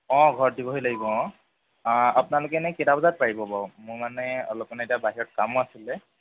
অ ঘৰত দিবহি লাগিব অ আপোনালোকে এনেই কেইটা বজাত পাৰিব বাৰু মোৰ মানে অলপ মানে এতিয়া বাহিৰত কামো আছিলে